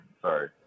Sorry